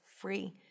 free